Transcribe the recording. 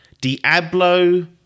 Diablo